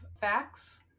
facts